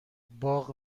باغ